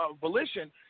volition